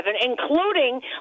including